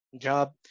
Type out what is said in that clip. job